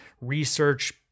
research